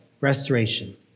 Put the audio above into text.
restoration